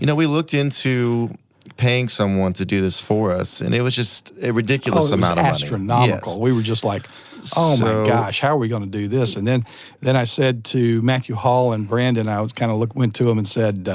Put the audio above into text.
you know we looked into paying someone to do this for us, and it was just a ridiculous amount of astronomical, we were just like, oh my gosh, how are we gonna do this? and then then i said to matthew hall and brandon, i kind of went to em and said,